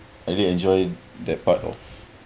I did enjoy that part of